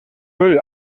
müll